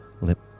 lip